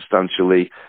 substantially